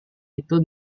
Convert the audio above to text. itu